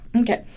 Okay